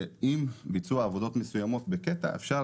שבהן אפשר לעבוד על קטע מסוים ובאותו